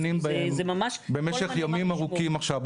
בסעיפים הספציפיים שדנים באים במשך ימים ארוכים עכשיו,